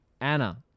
Anna